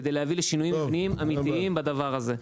כדי להביא לשינויים מבניים אמיתיים בדבר הזה.